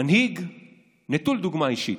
מנהיג נטול דוגמה אישית.